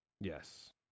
Yes